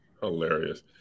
hilarious